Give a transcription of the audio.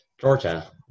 Georgia